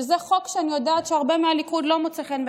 וזה חוק שאני יודעת שבעיני הרבה מהליכוד לא מוצא חן,